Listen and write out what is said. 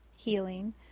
healing